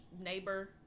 neighbor